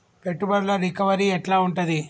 పెట్టుబడుల రికవరీ ఎట్ల ఉంటది?